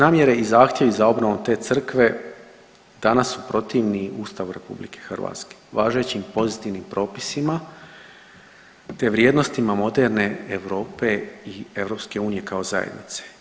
Namjere i zahtjevi za obnovom te crkve danas su protivni Ustavu RH, važećim pozitivnim propisima te vrijednostima moderne Europe i EU kao zajednice.